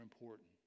important